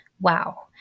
Wow